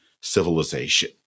civilization